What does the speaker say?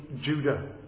Judah